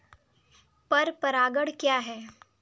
पर परागण क्या है?